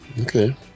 okay